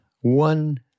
one